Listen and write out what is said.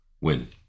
win